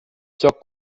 joc